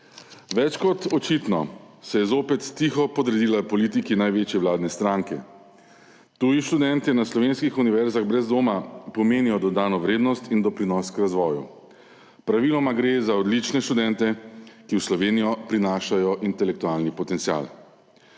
Več kot očitno se je zopet tiho podredila politiki največje vladne stranke. Tuji študentje na slovenskih univerzah brez dvoma pomenijo dodano vrednost in doprinos k razvoju. Praviloma gre za odlične študente, ki v Slovenijo prinašajo intelektualni potencial.